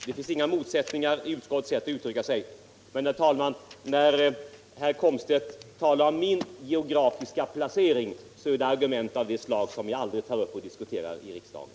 Det finns inga motsättningar i utskottets sätt att uttrycka sig. Och, herr talman, vad gäller herr Komstedts tal om mitt geografiska hemvist vill jag säga att jag aldrig i riksdagen diskuterar sådana argument.